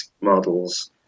models